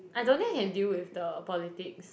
I don't think I can deal with the politics